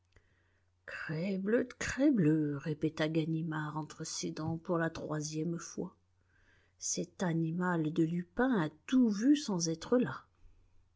crebleu de crebleu répéta ganimard entre ses dents pour la troisième fois cet animal de lupin a tout vu sans être là